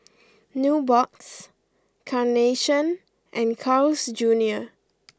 Nubox Carnation and Carl's Junior